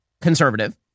conservative